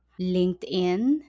LinkedIn